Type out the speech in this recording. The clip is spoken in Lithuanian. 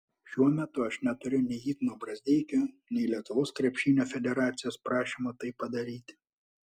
šiuo metu aš neturiu nei igno brazdeikio nei lietuvos krepšinio federacijos prašymo tai padaryti